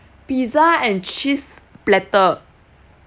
pizza and cheese platter